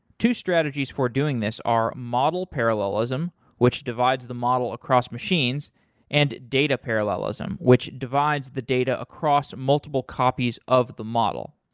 two strategies for doing this are model parallelism, which divides the model across machines and data parallelism, which divides the data across multiple copies of the model.